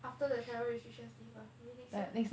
after the travel restrictions lift ah maybe next year